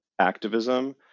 activism